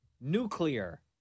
Nuclear